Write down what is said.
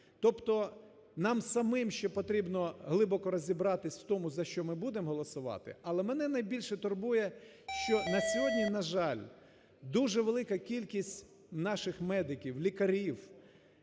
Тобто нам самим ще потрібно глибоко розібратись в тому, за що ми будемо голосувати. Але мене найбільше турбує, що на сьогодні, на жаль, дуже велика кількість наших медиків, лікарів